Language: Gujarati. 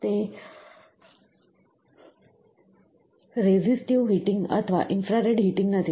તે રેઝિસ્ટિવ હીટિંગ અથવા ઇન્ફ્રારેડ હીટિંગ નથી